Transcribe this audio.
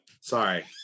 Sorry